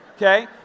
Okay